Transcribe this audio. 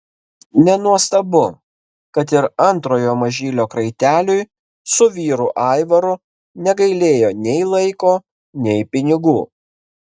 nenuostabu kad ir antrojo mažylio kraiteliui su vyru aivaru negailėjo nei laiko nei pinigų